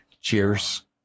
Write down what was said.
Cheers